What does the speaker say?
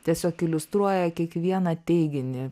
tiesiog iliustruoja kiekvieną teiginį